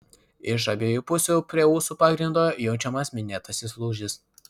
iš abiejų pusių prie ūsų pagrindo jaučiamas minėtasis lūžis